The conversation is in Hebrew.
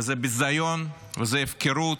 וזה ביזיון וזו הפקרות,